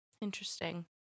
Interesting